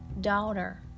Daughter